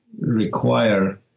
require